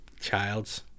child's